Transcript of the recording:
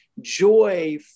joy